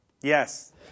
Yes